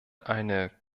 eine